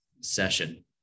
session